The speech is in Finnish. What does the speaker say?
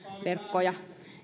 verkkoja